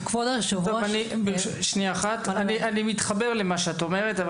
אני מתחבר למה שאת אומרת,